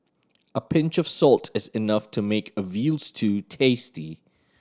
a pinch of salt is enough to make a veal stew tasty